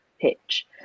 pitch